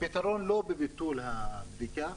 הפתרון לא בביטול הבדיקה,